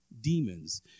demons